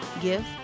give